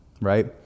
right